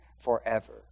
forever